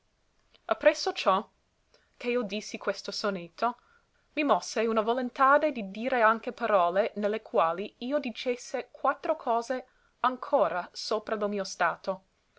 so ppresso ciò che io dissi questo sonetto mi mosse una volontade di dire anche parole ne le quali io dicesse quattro cose ancora sopra lo mio stato